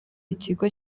ikigo